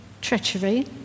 treachery